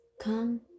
come